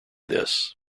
this